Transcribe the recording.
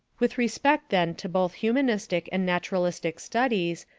with respect then to both humanistic and naturalistic studies,